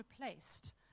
replaced